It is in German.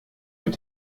wird